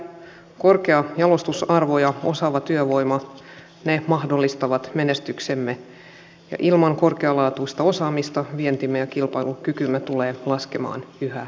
korkea jalostusarvo ja osaava työvoima mahdollistavat menestyksemme ja ilman korkealaatuista osaamista vientimme ja kilpailukykymme tulee laskemaan yhä enemmän